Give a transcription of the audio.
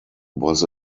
was